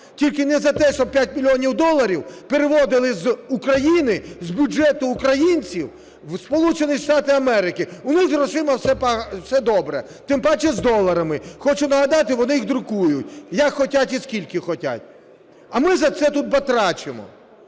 тільки не за те, щоб 5 мільйонів доларів переводили з України, з бюджету українців в Сполучені Штати Америки. У них з грошима все добре, тим паче з доларами. Хочу нагадати, вони їх друкують, як хочуть і скільки хочуть, а ми за це тут батрачимо.